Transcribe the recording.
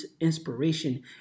inspiration